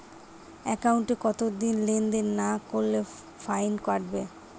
একাউন্টে কতদিন লেনদেন না করলে ফাইন কাটবে?